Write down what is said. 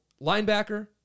linebacker